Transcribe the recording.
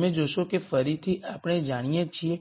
તમે જોશો કે ફરીથી આપણે જાણીએ છીએ